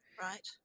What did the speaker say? Right